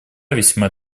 весьма